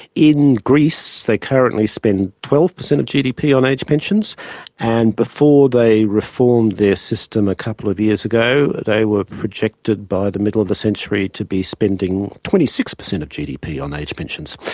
in greece they currently spend twelve per cent of gdp on age pensions and before they reformed their system a couple of years ago they were projected by the middle of the century to be spending twenty six per cent of gdp on age pensions.